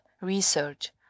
research